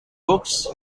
books